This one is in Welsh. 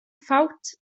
ffawt